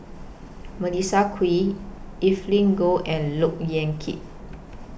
Melissa Kwee Evelyn Goh and Look Yan Kit